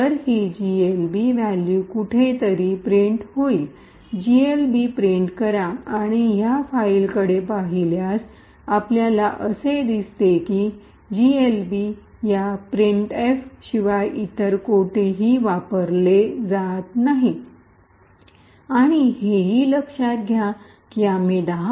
तर ही GLB value कुठेतरी प्रिंट होईल जीएलबी प्रिंट करा आणि ह्या फाईलकडे पाहता आपल्याला असे दिसते की जीएलबी या प्रिंटएफ शिवाय इतर कोठेही वापरला जात नाही आणि हेही लक्षात घ्या की आम्ही 10